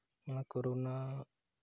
ᱚᱱᱟ ᱠᱚᱨᱳᱱᱟ